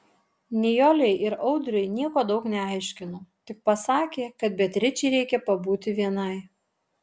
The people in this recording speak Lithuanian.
nijolei ir audriui nieko daug neaiškino tik pasakė kad beatričei reikia pabūti vienai